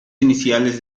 iniciales